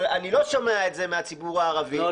אבל אני לא שומע את זה מהציבור הערבי --- לא,